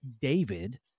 David